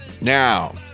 Now